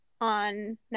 on